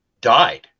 died